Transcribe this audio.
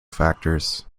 factors